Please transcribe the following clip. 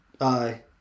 aye